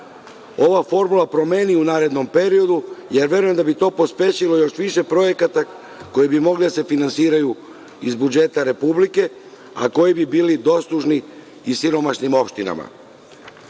ova formula promeni u narednom periodu, jer verujem da bi to pospešilo još više projekata koji bi mogli da se finansiraju iz budžeta Republike, a koji bi bili dostižni i siromašnim opštinama. Evo,